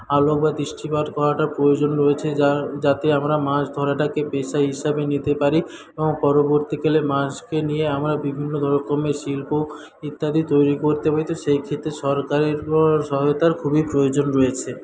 দৃষ্টিপাত করাটা প্রয়োজন রয়েছে যার যাতে আমরা মাছ ধরাটাকে পেশা হিসাবে নিতে পারি এবং পরবর্তীকালে মাছকে নিয়ে আমরা বিভিন্ন রকমের শিল্প ইত্যাদি তৈরি করতে পারি তো সেইক্ষেত্রে সরকারের সহায়তার খুবই প্রয়োজন রয়েছে